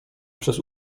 przez